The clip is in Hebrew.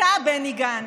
אתה, בני גנץ,